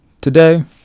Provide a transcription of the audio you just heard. Today